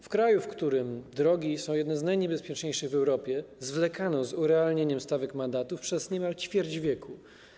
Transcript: W kraju, w którym drogi są jednymi z najniebezpieczniejszych w Europie, zwlekano z urealnieniem stawek mandatów przez niemal ćwierć wieku.